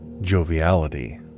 joviality